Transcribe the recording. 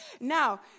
Now